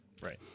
right